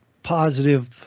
positive